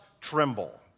tremble